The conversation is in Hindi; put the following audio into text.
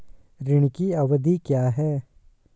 ऋण की अवधि क्या है?